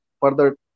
Further